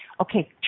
okay